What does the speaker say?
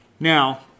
Now